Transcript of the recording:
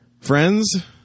Friends